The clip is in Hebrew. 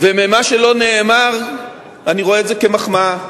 וממה שלא נאמר אני רואה את זה כמחמאה.